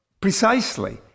precisely